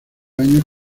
años